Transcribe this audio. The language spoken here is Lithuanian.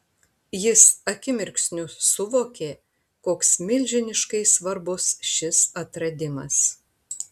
jis akimirksniu suvokė koks milžiniškai svarbus šis atradimas